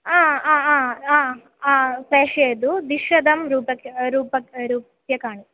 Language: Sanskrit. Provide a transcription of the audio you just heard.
आ आ आ आ आ प्रेषयतु द्विशतं रूप्यकं रूप्यकं रूप्यकाणि